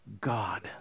God